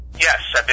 Yes